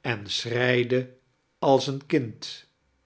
en schreide als een kind